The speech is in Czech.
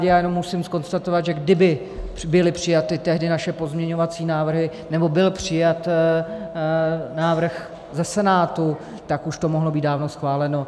A já jenom musím konstatovat, že kdyby byly přijaty tehdy naše pozměňovací návrhy nebo byl přijat návrh ze Senátu, tak už to mohlo být dávno schváleno.